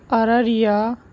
Araria